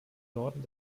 norden